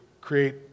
create